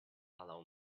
allow